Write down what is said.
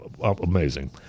amazing